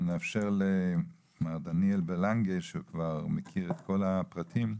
אנחנו נאפשר למר דניאל בלנגה שהוא כבר מכיר את כל הפרטים,